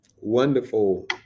Wonderful